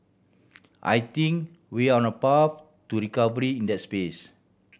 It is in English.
I think we on a path to recovery in that space